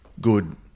good